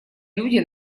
люди